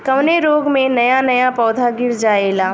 कवने रोग में नया नया पौधा गिर जयेला?